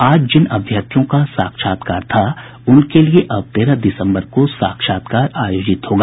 आज जिन अभ्यर्थियों का साक्षात्कार था उनके लिए अब तेरह दिसम्बर को साक्षात्कार आयोजित होगा